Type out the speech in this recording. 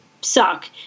suck